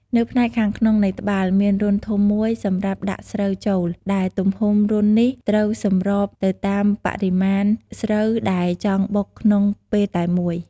នៅផ្នែកខាងក្នុងនៃត្បាល់ មានរន្ធធំមួយសម្រាប់ដាក់ស្រូវចូល ដែលទំហំរន្ធនេះត្រូវសម្របទៅតាមបរិមាណស្រូវដែលចង់បុកក្នុងពេលតែមួយ។